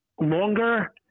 longer